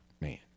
man